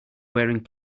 wearing